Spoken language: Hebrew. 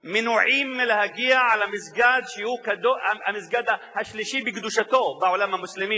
מנועים מלהגיע למסגד שהוא המסגד השלישי בקדושתו בעולם המוסלמי,